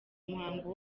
umuhango